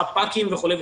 חפ"קים וכולי.